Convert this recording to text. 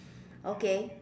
okay